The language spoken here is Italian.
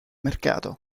mercato